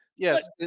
Yes